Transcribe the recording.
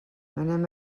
anem